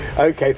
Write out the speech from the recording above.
Okay